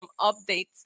updates